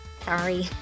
sorry